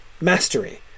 mastery